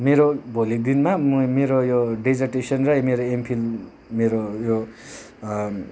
मेरो भोलिको दिनमा म मेरो यो डेजर्टेसन र मेरो एमफिल मेरो यो